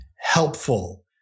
helpful